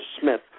Smith